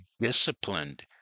disciplined